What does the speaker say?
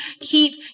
keep